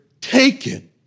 taken